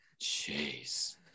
Jeez